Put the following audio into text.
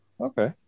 okay